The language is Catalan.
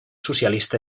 socialista